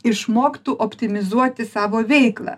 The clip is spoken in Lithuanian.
išmoktų optimizuoti savo veiklą